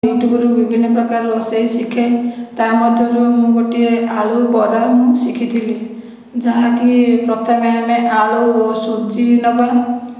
ୟୁଟ୍ୟୁବ୍ରୁ ବିଭିନ୍ନ ପ୍ରକାର ରୋଷେଇ ଶିଖେ ତା' ମଧ୍ୟରୁ ମୁଁ ଗୋଟିଏ ଆଳୁ ବରା ମୁଁ ଶିଖିଥିଲି ଯାହାକି ପ୍ରଥମେ ଆମେ ଆଳୁ ଆଉ ସୁଜି ନେବା